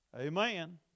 Amen